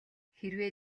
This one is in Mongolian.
хэрвээ